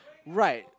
right